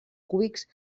cúbics